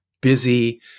busy